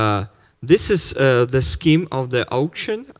ah this is the scheme of the auction.